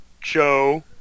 Joe